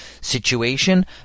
situation